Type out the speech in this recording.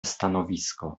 stanowisko